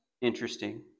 interesting